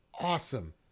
Awesome